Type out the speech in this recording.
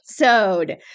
episode